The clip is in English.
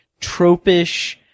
tropish